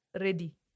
ready